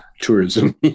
tourism